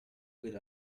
good